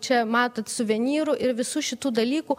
čia matot suvenyrų ir visų šitų dalykų